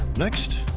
next,